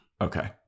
Okay